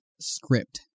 script